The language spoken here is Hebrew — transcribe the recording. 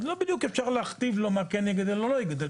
אז לא בדיוק אפשר להכתיב לו מה כן יגדל או לא יגדל,